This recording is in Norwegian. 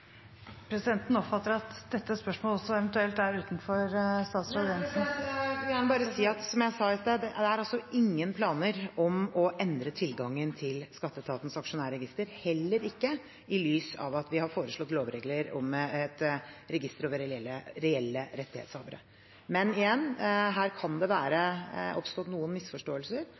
Presidenten oppfatter at også dette spørsmålet eventuelt er utenfor statsrådens ansvarsområde. Jeg vil gjerne bare si, som jeg sa i sted, at det er ingen planer om å endre tilgangen til skatteetatens aksjonærregister, heller ikke i lys av at vi har foreslått lovregler for et register over reelle rettighetshavere. Men igjen: Her kan det ha oppstått noen misforståelser.